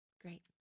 Great